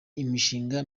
imishinga